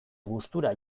gustura